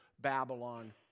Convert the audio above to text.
Babylon